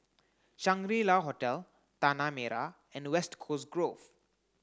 Shangri La Hotel Tanah Merah and West Coast Grove